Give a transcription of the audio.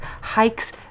hikes